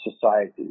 societies